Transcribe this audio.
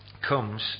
comes